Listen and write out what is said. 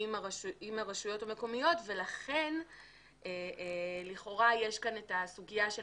עם הרשויות המקומיות ולכן לכאורה יש כאן את הסוגיה של